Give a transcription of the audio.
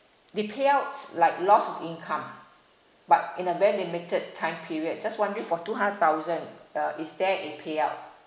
they pay out like loss of income but in a very limited time period just wondering for two hundred thousand uh is there a payout